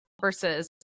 versus